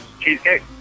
cheesecake